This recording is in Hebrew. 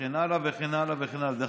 וכן הלאה וכן הלאה וכן